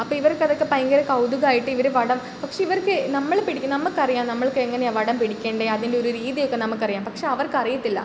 അപ്പം ഇവർക്കതൊക്കെ ഭയങ്കര കൗതുകമായിട്ട് ഇവർ വടം പക്ഷേ ഇവർക്ക് നമ്മൾ പിടിക്കു നമ്മക്കറിയാം നമ്മൾക്കെങ്ങനെയാണ് വടം പിടിക്കേണ്ടത് അതിൻ്റെ ഒര് രീതിയൊക്കെ നമുക്കറിയാം പക്ഷേ അവർക്കറിയത്തില്ല